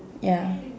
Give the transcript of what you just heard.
ya